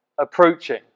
approaching